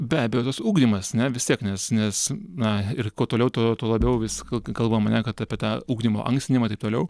be abejo tas ugdymas ne vis tiek nes nes na ir kuo toliau tuo tuo labiau vis ka kalbam ane kad apie tą ugdymo ankstinimą taip toliau